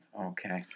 okay